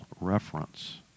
reference